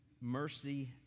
mercy